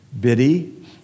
Biddy